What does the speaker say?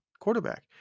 quarterback